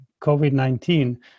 COVID-19